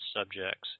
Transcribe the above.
subjects